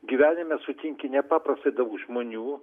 gyvenime sutinki nepaprastai daug žmonių